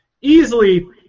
Easily